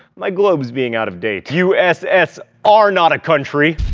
my globes being out of date. uss r not a country!